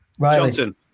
Johnson